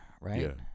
Right